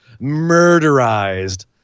murderized